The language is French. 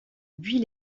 buis